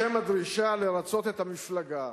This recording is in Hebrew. בשם הדרישה לרצות את המפלגה,